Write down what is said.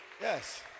Yes